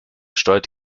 steuert